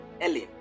Ellen